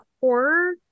horror